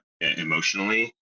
emotionally